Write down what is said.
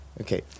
Okay